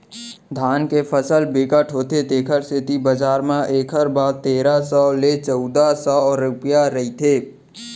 धान के फसल बिकट होथे तेखर सेती बजार म एखर भाव तेरा सव ले चउदा सव रूपिया रहिथे